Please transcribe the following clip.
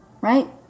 right